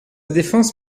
défense